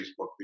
Facebook